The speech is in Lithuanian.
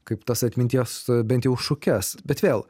kaip tas atminties bent jau šukes bet vėl